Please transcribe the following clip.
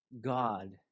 God